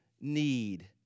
need